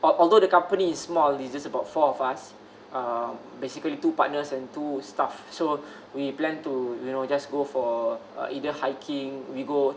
al~ although the company is small it's just about four of us um basically two partners and two staff so we plan to you know just go for uh either hiking we go